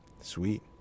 Sweet